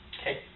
Okay